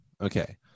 Okay